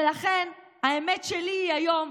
ולכן האמת שלי היום,